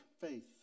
faith